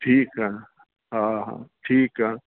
ठीकु आहे हा ठीकु आहे